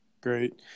Great